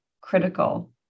critical